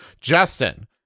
Justin